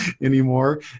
anymore